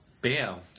bam